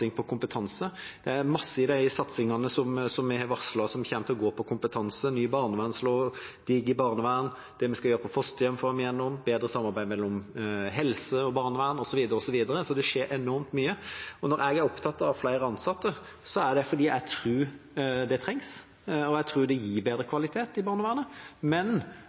på kompetanse. Det er mange av de satsingene vi har varslet, som kommer til å gå på kompetanse – ny barnevernslov, DigiBarnevern, det vi skal gjøre på fosterhjem, får vi igjennom, bedre samarbeid mellom helse og barnevern, osv. Så det skjer enormt mye. Når jeg er opptatt av flere ansatte, er det fordi jeg tror det trengs, og jeg tror det gir bedre kvalitet i barnevernet.